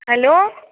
hello